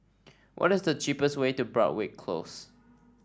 what is the cheapest way to Broadrick Close